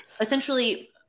essentially